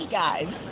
guys